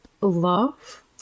Love